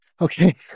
Okay